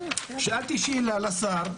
שאלתי שאלה את השר.